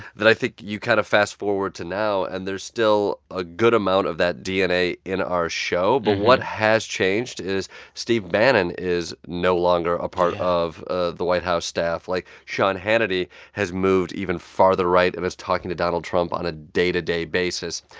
i think you kind of fast-forward to now, and there's still a good amount of that dna in our show. but what has changed is steve bannon is no longer a part of ah the white house staff. like, sean hannity has moved even farther right and is talking to donald trump on a day-to-day basis.